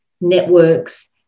networks